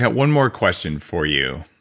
one more question for you,